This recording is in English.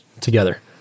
together